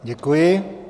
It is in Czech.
Děkuji.